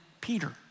Peter